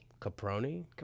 caproni